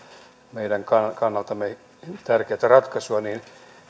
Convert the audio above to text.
meidän kannaltamme tärkeätä ratkaisua niin